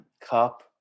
cup